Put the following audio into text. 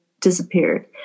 disappeared